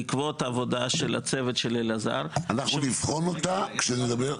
בעקבות עבודה של הצוות של אלעזר --- אנחנו נבחן אותה כשנדבר.